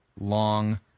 long